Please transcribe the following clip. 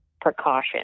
precaution